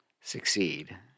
succeed